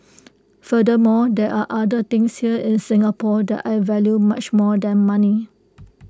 furthermore there are other things here in Singapore that I value much more than money